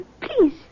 Please